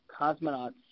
cosmonauts